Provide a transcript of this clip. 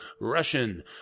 Russian